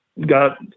got